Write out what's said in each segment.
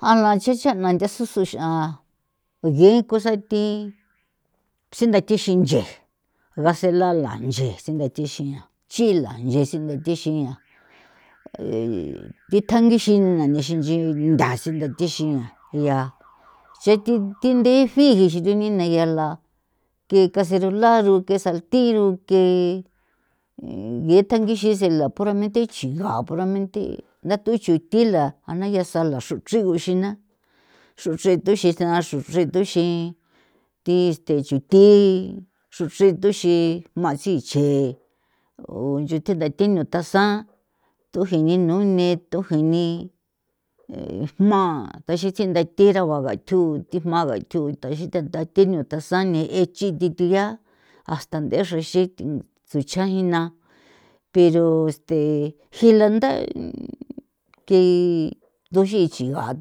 A la nchi cha'na nthasusu x'a ngi cosa thi sintha texin nche gasela la nche sintha texian chi'la nche sintha thexian thi thangixina nixinchi ntha sintha thixian ya tse thi thindi gixi thindi yala ke caserola ro ke saltiro ke nge tsangixin se la poramente xiga poramente nthatu chuthila ja'ia nala sala xro chrigo xi na xro chre thuxi tsa xro thi thuxi thi este xuthi xro thituxi jma xiche'e o nchi thenthate nthasan tho jini nune thu jini e jma tha tsichintha thi raguaba tho thi jma bathuta ixi the tha thi ñu tha sane'e chithi thu ya hasta nge xra ixi thusajina pero este xrila ntha ke nthu chixi ga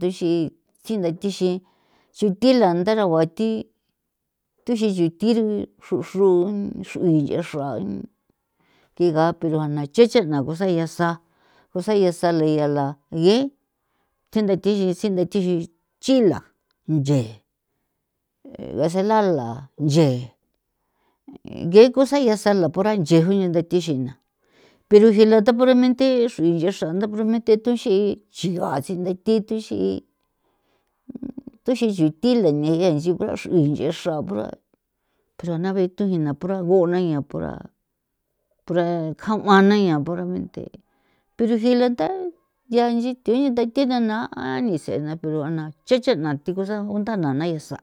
tuxi tsi ntha thixi xutila nthara gua thi thixi xutji xeo nche xroa ke ga pero ana nche chena kusa'ia sa la yala nge tsinthatixin chila nche e gasela la nche ge cosa ya sala pora nche gia nthatixina pero gila tha puramente xruin nchexra ntha puramente thunxi chia tsintha thi thixi'in thuxi xutila negee ncho pero xruin nche xra para na bee thujina para guna'ia para kjao'a na ya poramente pero jila tha yaa nchi thi nthe thi nana a ni ts'ena pero ana nche chena thi cosa undana ya sa'.